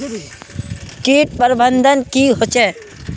किट प्रबन्धन की होचे?